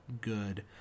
good